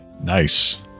Nice